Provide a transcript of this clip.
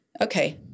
okay